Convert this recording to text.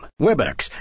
Webex